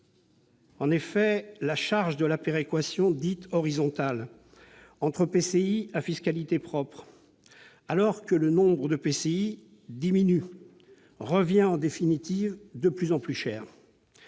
En effet, la charge de la péréquation dite horizontale, entre EPCI à fiscalité propre, alors que le nombre des EPCI diminue, revient en définitive de plus en plus cher.